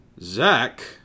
Zach